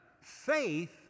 Faith